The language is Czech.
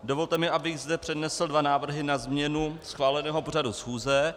Dovolte mi, abych zde přednesl dva návrhy na změnu schváleného pořadu schůze.